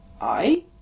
I